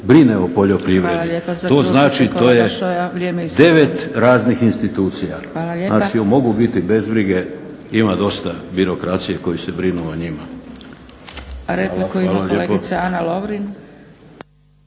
Vrijeme je isteklo./… To znači to je 9 raznih institucija. Znači, mogu biti bez brige ima dosta birokracije koji se brinu o njima.